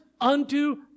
unto